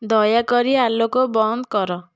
ଦୟାକରି ଆଲୋକ ବନ୍ଦ କର